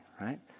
right